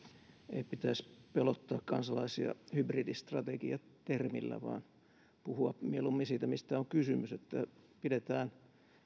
ei pitäisi pelottaa kansalaisia hybridistrategia termillä vaan puhua mieluummin siitä mistä on kysymys että pidetään